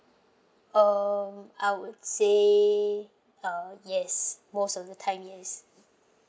um I would say uh yes most of the time yes